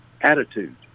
attitude